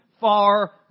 far